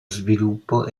sviluppo